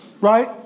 right